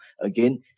Again